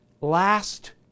last